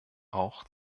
auch